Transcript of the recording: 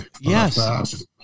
yes